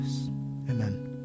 Amen